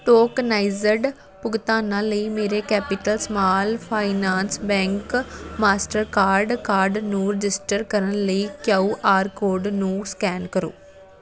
tokenized ਭੁਗਤਾਨਾਂ ਲਈ ਮੇਰੇ ਕੈਪੀਟਲ ਸਮਾਲ ਫਾਈਨਾਂਸ ਬੈਂਕ ਮਾਸਟਰਕਾਰਡ ਕਾਰਡ ਨੂੰ ਰਜਿਸਟਰ ਕਰਨ ਲਈ ਕੇਯੂ ਆਰ ਕੋਡ ਨੂੰ ਸਕੈਨ ਕਰੋ